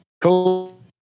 cool